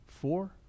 four